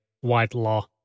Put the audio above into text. Whitelaw